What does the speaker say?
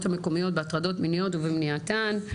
המקומיות בהטרדות מיניות ובמניעתן.